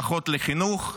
פחות לחינוך,